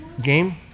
game